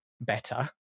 better